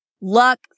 luck